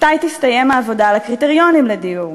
מתי תסתיים העבודה על הקריטריונים לדיור?